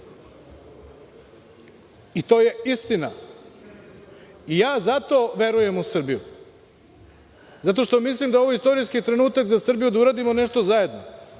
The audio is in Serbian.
To je istina. Zato verujem u Srbiju, zato što mislim da je ovo istorijski trenutak za Srbiju, da uradimo nešto zajedno.U